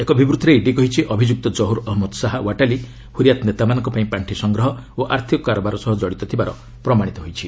ଏକ ବିବୃତ୍ତିରେ ଇଡି କହିଛି ଅଭିଯୁକ୍ତ ଜହୁର୍ ଅହନ୍ନଦ ଶାହା ୱାଟାଲି ହୁରିୟାତ୍ ନେତାମାନଙ୍କ ପାଇଁ ପାଣ୍ଡି ସଂଗ୍ରହ ଓ ଆର୍ଥିକ କାରବାର ସହ କଡ଼ିତ ଥିବାର ପ୍ରମାଶିତ ହୋଇଛି